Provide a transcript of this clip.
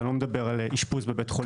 אני לא מדבר על אשפוז בבית חולים.